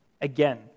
Again